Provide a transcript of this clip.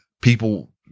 people